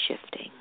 shifting